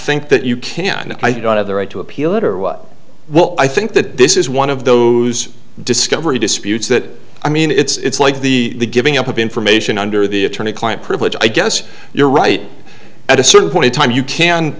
think that you can and i don't have the right to appeal it or what well i think that this is one of those discovery disputes that i mean it's like the giving up of information under the attorney client privilege i guess you're right at a certain point in time you can